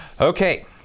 Okay